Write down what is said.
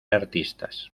artistas